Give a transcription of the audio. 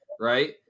right